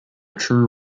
true